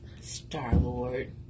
Star-Lord